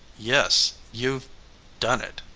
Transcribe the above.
yes, you've done it,